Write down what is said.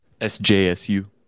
SJSU